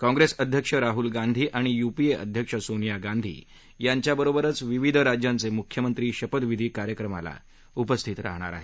काँप्रेस अध्यक्ष राहुल गांधी आणि युपीए अध्यक्ष सोनिया गांधी यांच्याबरोबरच विविध राज्यांचे मुख्यमंत्री शपथविधी कार्यक्रमाला उपस्थित राहणार आहेत